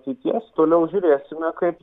ateities toliau žiūrėsime kaip